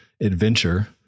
adventure